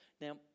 Now